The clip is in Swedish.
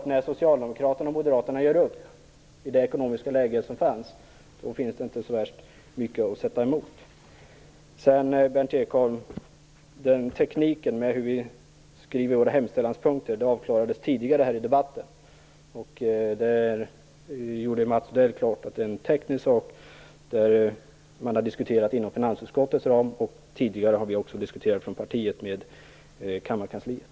Men när socialdemokraterna och moderaterna gjorde upp i det ekonomiska läge som var är det klart att det inte fanns så värst mycket att sätta emot. Sedan, Berndt Ekholm, avklarades frågan om tekniken för hur vi skriver våra hemställanspunkter tidigare här i debatten. Mats Odell gjorde klart att det är en teknisk sak som diskuterats inom finansutskottets ram. Tidigare har vi också i partiet diskuterat med